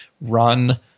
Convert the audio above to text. run